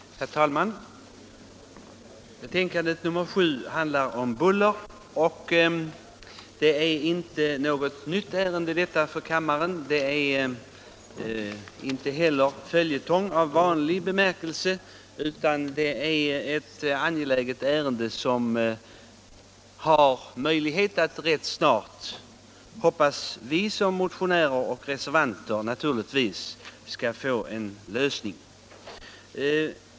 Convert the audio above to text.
Herr talman! Jordbruksutskottets betänkande nr 7 handlar om buller. Detta är inte något nytt ärende för kammaren. Det är heller inte någon följetong i vanlig bemärkelse, utan det är ett angeläget ärende, som vi reservanter naturligtvis hoppas ssnart skall få en lösning.